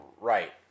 right